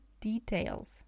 details